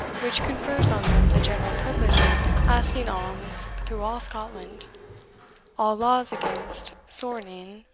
which confers on them the general privilege of asking alms through all scotland all laws against sorning,